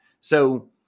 So-